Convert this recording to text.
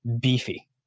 beefy